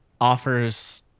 offers